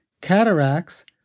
cataracts